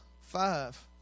five